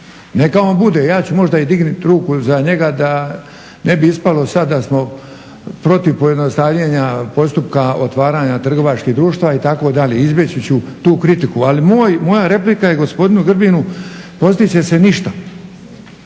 neka on bude ja ću možda dignuti ruku za njega da ne bi ispalo sada da smo protiv pojednostavljenja postupka otvaranja trgovačkih društava itd. izbjeći ću tu kritiku, ali moja replika je gospodinu Grbinu postit će se ništa.